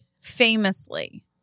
famously